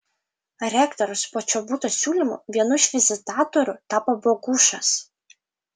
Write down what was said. rektoriaus počobuto siūlymu vienu iš vizitatorių tapo bogušas